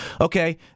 okay